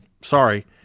sorry